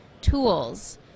tools